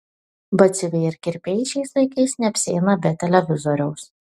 batsiuviai ir kirpėjai šiais laikais neapsieina be televizoriaus